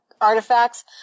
artifacts